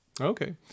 Okay